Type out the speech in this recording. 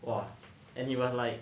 !wah! and he was like